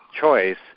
choice